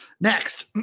Next